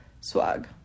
swag